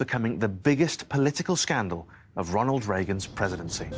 becoming the biggest political scandal of ronald reagan's presidency